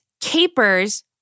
capers